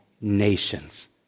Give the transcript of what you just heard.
nations